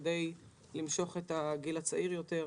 כדי למשוך את הגיל הצעיר יותר.